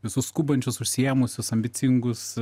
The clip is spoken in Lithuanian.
visus skubančius užsiėmusius ambicingus